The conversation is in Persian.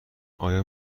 آیا